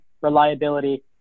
reliability